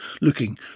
looking